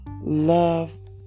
love